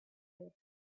breath